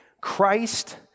Christ